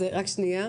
אז רק שנייה.